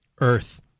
Earth